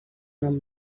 nom